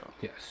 Yes